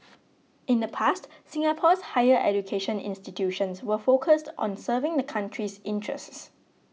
in the past Singapore's higher education institutions were focused on serving the country's interests